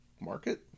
market